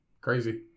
Crazy